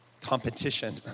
competition